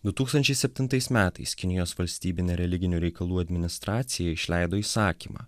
du tūkstančiai septintais metais kinijos valstybinė religinių reikalų administracija išleido įsakymą